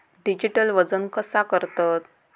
Digital वजन कसा करतत?